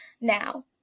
now